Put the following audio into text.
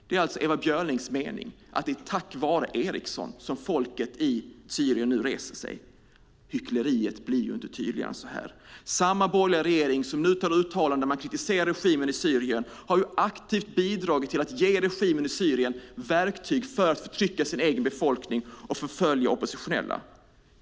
Det är alltså Ewa Björlings mening att det är tack vare Ericsson som folket i Syrien nu reser sig. Hyckleriet blir inte tydligare än så här. Samma borgerliga regering som nu uttalar sig och kritiserar regimen i Syrien har aktivt bidragit till att ge regimen verktyg för att förtrycka sin egen befolkning och förfölja oppositionella.